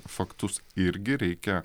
faktus irgi reikia